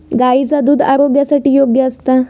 गायीचा दुध आरोग्यासाठी योग्य असता